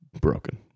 broken